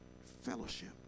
fellowship